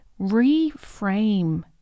reframe